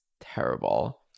terrible